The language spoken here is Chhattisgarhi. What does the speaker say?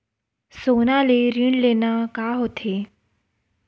सोना ले ऋण लेना का होथे?